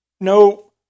No